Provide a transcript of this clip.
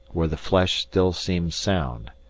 where the flesh still seemed sound.